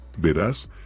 Verás